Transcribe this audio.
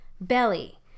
belly